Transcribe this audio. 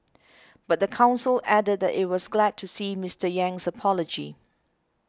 but the council added that it was glad to see Mister Yang's apology